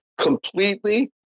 completely